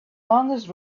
longest